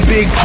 Big